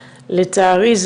לצערי,